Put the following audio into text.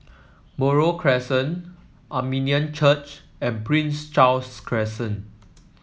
Buroh Crescent Armenian Church and Prince Charles Crescent